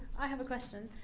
i have a question.